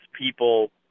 people